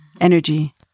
energy